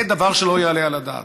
זה דבר שלא יעלה על הדעת.